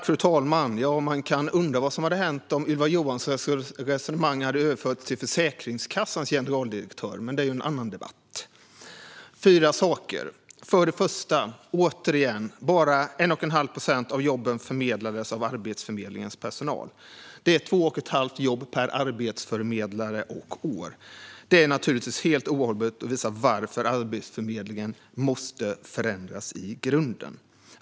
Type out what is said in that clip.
Fru talman! Man kan undra vad som hade hänt om Ylva Johanssons resonemang hade överförts till Försäkringskassans generaldirektör, men det är ju en annan debatt. Låt mig ta upp fyra saker. För det första och återigen: Bara 1 1⁄2 procent av jobben förmedlades av Arbetsförmedlingens personal. Det är 2 1⁄2 jobb per arbetsförmedlare och år. Det är givetvis helt ohållbart och visar varför Arbetsförmedlingen måste förändras i grunden.